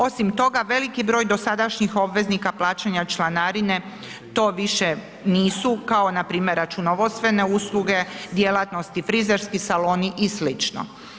Osim toga, veliki broj dosadašnjih obveznika plaćanja članarine to više nisu kao npr. računovodstvene usluge, djelatnosti, frizerski saloni i slično.